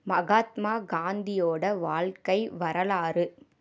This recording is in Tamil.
மகாத்மா காந்தியோட வாழ்க்கை வரலாறு